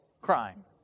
crime